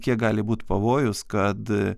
kiek gali būt pavojus kad